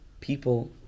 people